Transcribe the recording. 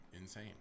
insane